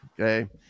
Okay